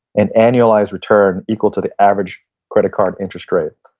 an annualized return equal to the average credit card interest rate.